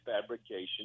fabrication